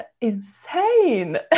insane